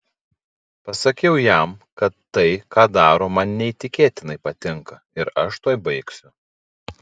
pasakiau jam kad tai ką daro man neįtikėtinai patinka ir aš tuoj baigsiu